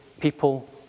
people